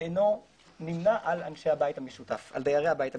שאינו נמנה על דיירי הבית המשותף.